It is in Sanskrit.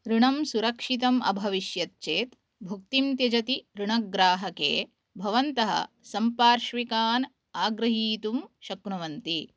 ऋणं सुरक्षितम् अभविष्यत् चेत् भुक्तिं त्यजति ऋणग्राहके भवन्तः सम्पार्श्विकान् आगृहीतुं शक्नुवन्ति